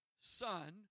son